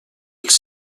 els